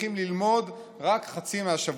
צריכים ללמוד רק חצי מהשבוע.